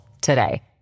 today